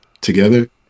together